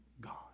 God